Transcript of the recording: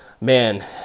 Man